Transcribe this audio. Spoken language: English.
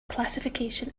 classification